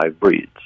breeds